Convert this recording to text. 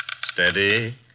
Steady